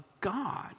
God